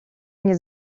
mnie